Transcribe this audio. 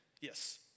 Yes